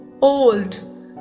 old